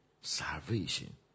salvation